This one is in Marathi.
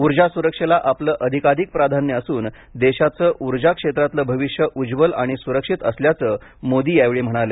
ऊर्जा सुरक्षेला आपलं अधिकाधिक प्राधान्य असून देशाचं ऊर्जा क्षेत्रातलं भविष्य उज्ज्वल आणि सुरक्षित असल्याचं मोदी यावेळी म्हणाले